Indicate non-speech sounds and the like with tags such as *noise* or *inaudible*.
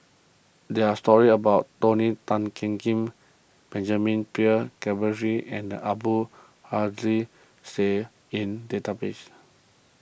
there are stories about Tony Tan Keng *unintelligible* Benjamin *unintelligible* Keasberry and Abdul *unintelligible* Syed in database